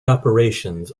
operations